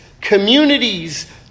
communities